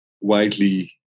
widely